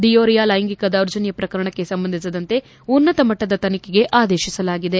ದಿಯೋರಿಯಾ ಲೈಂಗಿಕ ದೌರ್ಜನ್ಯ ಪ್ರಕರಣಕ್ಕೆ ಸಂಬಂಧಿಸಿದಂತೆ ಉನ್ನತ ಮಟ್ಟದ ತನಿಖೆಗೆ ಆದೇಶಿಸಲಾಗಿದೆ